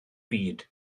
byd